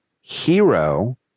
Hero